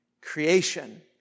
creation